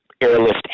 airlift